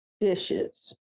dishes